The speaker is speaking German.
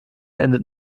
endet